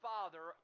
Father